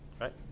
right